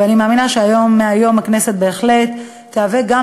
ואני מאמינה שמהיום הכנסת בהחלט תשמש גם